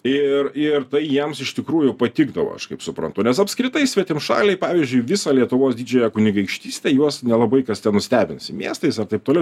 ir ir tai jiems iš tikrųjų patikdavo aš kaip suprantu nes apskritai svetimšaliai pavyzdžiui visą lietuvos didžiąją kunigaikštystę juos nelabai kas ten nustebinsi miestais ar taip toliau